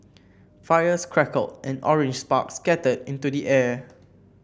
fires crackled and orange sparks scattered into the air